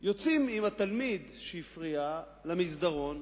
יוצאים עם התלמיד שהפריע למסדרון,